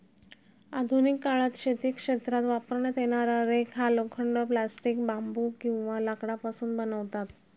आधुनिक काळात शेती क्षेत्रात वापरण्यात येणारा रेक हा लोखंड, प्लास्टिक, बांबू किंवा लाकडापासून बनवतात